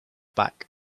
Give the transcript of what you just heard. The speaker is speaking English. back